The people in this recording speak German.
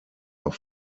auf